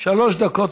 שלוש דקות,